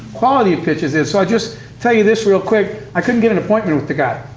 quality of pitches is. so i just tell you this real quick, i couldn't get an appointment with the guy.